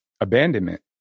abandonment